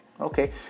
Okay